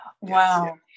Wow